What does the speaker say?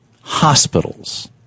hospitals